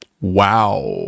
wow